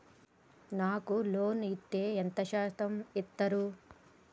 నాకు లోన్ ఇత్తే ఎంత శాతం ఇత్తరు?